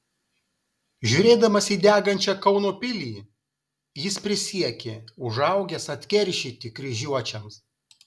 žiūrėdamas į degančią kauno pilį jis prisiekė užaugęs atkeršyti kryžiuočiams